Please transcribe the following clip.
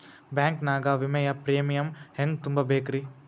Bank ನಾಗ ವಿಮೆಯ premium ಹೆಂಗ್ ತುಂಬಾ ಬೇಕ್ರಿ?